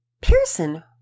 Pearson